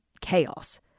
chaos